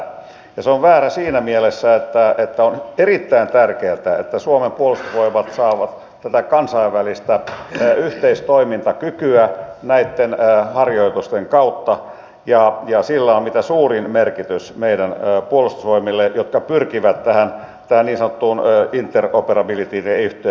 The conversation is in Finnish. se on väärä siinä mielessä että on erittäin tärkeätä että suomen puolustusvoimat saavat kansainvälistä yhteistoimintakykyä näitten harjoitusten kautta ja sillä on mitä suurin merkitys meidän puolustusvoimillemme jotka pyrkivät tähän niin sanottuun interoperabilityyn eli yhteensopivuuteen